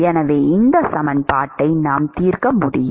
எனவே இந்த சமன்பாட்டை நாம் தீர்க்க முடியும்